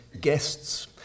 guests